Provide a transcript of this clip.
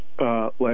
Last